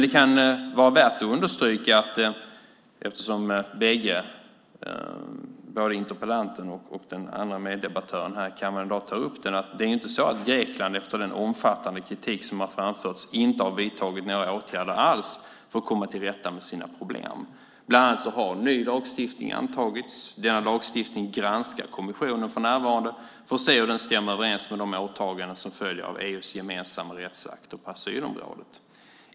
Det kan vara värt att understryka, eftersom både interpellanten och den andra meddebattören i kammaren här i dag tar upp det, att det inte är så att Grekland efter den omfattande kritik som har framförts inte har vidtagit några åtgärder alls för att komma till rätta med sina problem. Bland annat har ny lagstiftning antagits. Denna lagstiftning granskar kommissionen för närvarande för att se om den stämmer överens med de åtaganden som följer av EU:s gemensamma rättsakter på asylområdet.